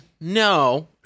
no